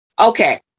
Okay